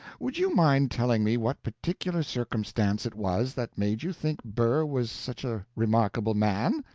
would you mind telling me what particular circumstance it was that made you think burr was such a remarkable man?